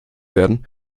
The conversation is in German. werden